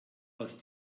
aus